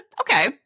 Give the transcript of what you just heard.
Okay